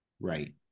Right